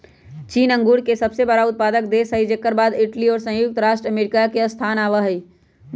चीन अंगूर के सबसे बड़ा उत्पादक देश हई जेकर बाद इटली और संयुक्त राज्य अमेरिका के स्थान आवा हई